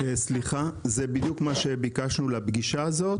זה בדיוק מה שביקשנו לפגישה הזאת.